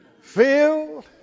Filled